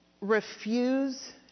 refuse